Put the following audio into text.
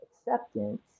acceptance